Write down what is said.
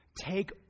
take